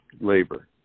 labor